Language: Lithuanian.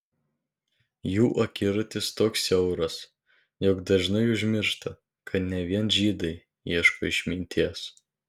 jų akiratis toks siauras jog dažnai užmiršta kad ne vien žydai ieško išminties